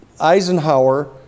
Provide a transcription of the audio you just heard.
Eisenhower